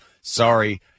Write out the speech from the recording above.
sorry